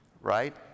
Right